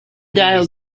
dial